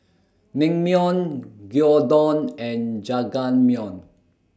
Naengmyeon Gyudon and Jajangmyeon